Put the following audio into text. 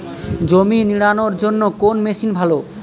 জমি নিড়ানোর জন্য কোন মেশিন ভালো?